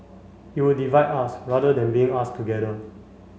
it would divide us rather than bring us together